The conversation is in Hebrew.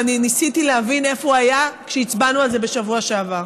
ואני ניסיתי להבין איפה הוא היה כשהצבענו על זה בשבוע שעבר.